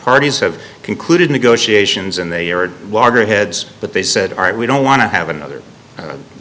parties have concluded negotiations and they are at loggerheads but they said all right we don't want to have another